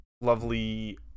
lovely